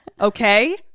Okay